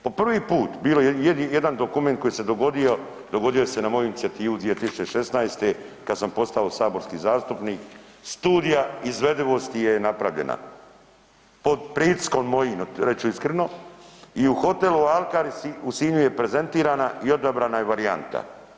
Po prvi put bio je jedan dokument koji se dogodio, dogodio se na moju inicijativu 2016. kad sam postao saborski zastupnik, studija izvedivosti je napravljena pod pritiskom mojim, reću iskreno i u hotelu Alkar u Sinju je prezentirana i odabrana je varijanta.